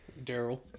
Daryl